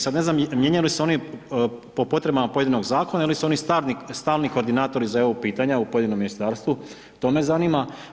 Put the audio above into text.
Sad ne znam mijenjaju li se oni po potrebama pojedinog zakona ili su oni stalni koordinatori za EU pitanja u pojedinom ministarstvu, to me zanima.